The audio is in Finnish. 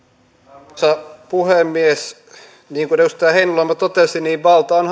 arvoisa puhemies niin kuin edustaja heinäluoma totesi niin valta on